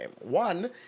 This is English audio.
One